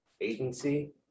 agency